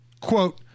quote